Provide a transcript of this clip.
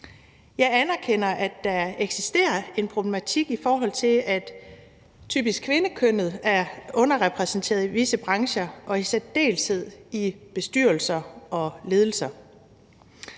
Jeg anerkender, at der eksisterer en problematik, i forhold til at kvindekønnet typisk er underrepræsenteret i visse brancher og i særdeleshed i bestyrelser og ledelser.